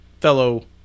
fellow